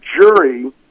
jury